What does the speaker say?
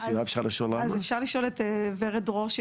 ונדאג שיגדילו את השטחים הפתוחים.